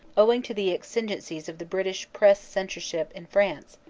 owing to the exigencies of the british press censorship in france,